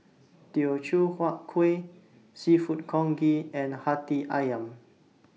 Teochew Huat Kueh Seafood Congee and Hati Ayam